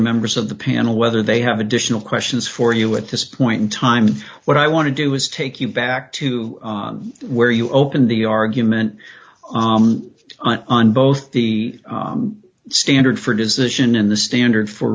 members of the piano whether they have additional questions for you at this point in time what i want to do is take you back to where you open the argument on both the standard for decision and the standard for